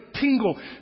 tingle